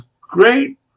great